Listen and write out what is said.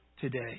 today